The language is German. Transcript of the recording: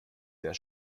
der